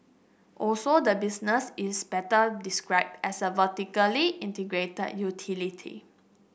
also the business is better described as a vertically integrated utility